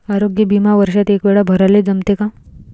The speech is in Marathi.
आरोग्य बिमा वर्षात एकवेळा भराले जमते का?